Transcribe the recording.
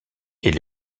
est